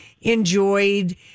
enjoyed